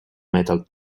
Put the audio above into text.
mental